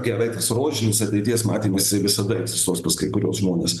gerai tas rožinis ateities matymas jisai visada egzistuos pas kai kuriuos žmones